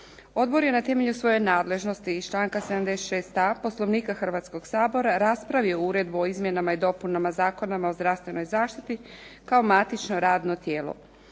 Odbor je na temelju svoje nadležnosti iz članka 76.a Poslovnika Hrvatskoga sabora raspravio Uredbu o izmjenama i dopunama Zakona o zdravstvenoj zaštiti kao matično radno tijelo.